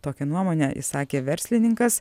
tokią nuomonę išsakė verslininkas